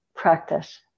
practice